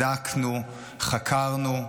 בדקנו, חקרנו,